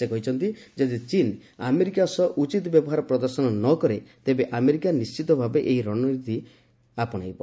ସେ କହିଛନ୍ତି ଯଦି ଚୀନ୍ ଆମେରିକା ସହ ଉଚିତ ବ୍ୟବହାର ପ୍ରଦର୍ଶନ ନ କରେ ତେବେ ଆମେରିକା ନିଣ୍ଢିତ ଭାବେ ଏଭଳି ନୀତି ଆପଣେଇବ